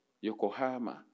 Yokohama